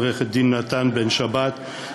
עורכת-דין נועה בן-שבת,